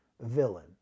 villain